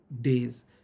days